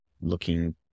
looking